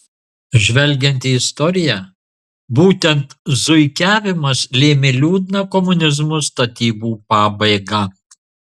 žvelgiant į istoriją būtent zuikiavimas lėmė liūdną komunizmo statybų pabaigą